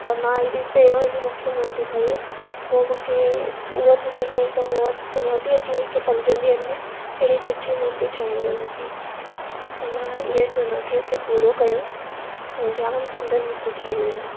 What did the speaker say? अ मां अहिड़ी पहिरों एॾी मस्तु मूर्ती ठाही हुई पोइ मूंखे उहा टुटी पई त मां वटि चुनौती अची वई की पंजनि ॾींहंनि में अहिड़ी सुठी मूर्ती ठाहिणी हुई मूंखे त मां इहे चुनौतीअ खे पूरो कयो ऐं जाम सुंदर मूर्ती ठाही हुई मां